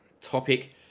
topic